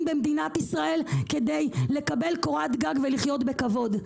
במדינת ישראל כדי לקבל קורת גג ולחיות בכבוד.